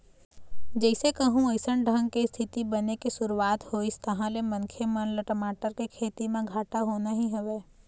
जइसे कहूँ अइसन ढंग के इस्थिति बने के शुरुवात होइस तहाँ ले मनखे मन ल टमाटर के खेती म घाटा होना ही हवय